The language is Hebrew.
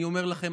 אני אומר לכם,